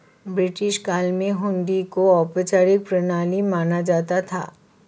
British काल में हुंडी को औपचारिक प्रणाली माना जाता था